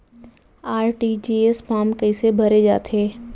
RTGS form कइसे भरे जाथे?